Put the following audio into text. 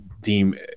deem